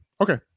Okay